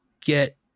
get